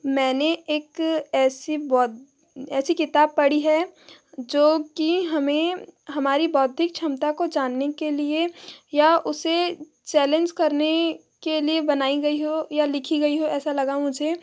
मैंने एक ऐसी ऐसी किताब पढ़ी है जो की हमें हमारी बौद्धिक क्षमता को जानने के लिए या उसे चैलेंज करने के लिए बनाई गई हो या लिखी गई हो ऐसा लगा मुझे